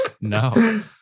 no